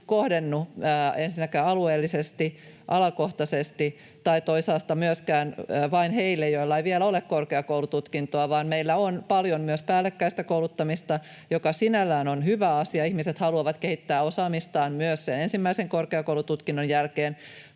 kohdennu ensinnäkään alueellisesti tai alakohtaisesti tarkoituksenmukaisesti tai toisaalta myöskään vain heille, joilla ei vielä ole korkeakoulututkintoa, vaan meillä on paljon myös päällekkäistä kouluttamista, joka sinällään on hyvä asia: ihmiset haluavat kehittää osaamistaan myös sen ensimmäisen korkeakoulututkinnon jälkeen.